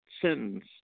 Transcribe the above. sentence